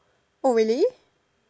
oh really